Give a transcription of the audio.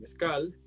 mezcal